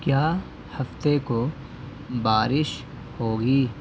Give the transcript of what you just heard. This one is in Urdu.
کیا ہفتے کو بارش ہوگی